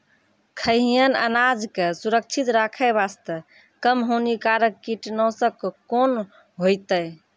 खैहियन अनाज के सुरक्षित रखे बास्ते, कम हानिकर कीटनासक कोंन होइतै?